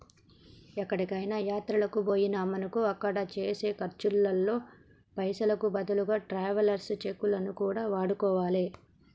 ఎక్కడికైనా యాత్రలకు బొయ్యినమనుకో అక్కడ చేసే ఖర్చుల్లో పైసలకు బదులుగా ట్రావెలర్స్ చెక్కులను కూడా వాడుకోవాలే